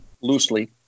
loosely